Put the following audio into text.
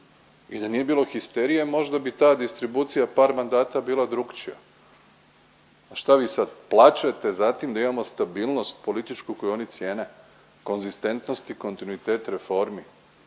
I da nije bilo histerije, možda bi ta distribucija u par mandata bila drukčija. A šta vi sad, plačete za tim da imamo stabilnost političku koju oni cijene? Konzistentnost i kontinuitet reformi?